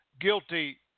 guilty